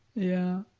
yeah,